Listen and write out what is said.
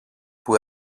που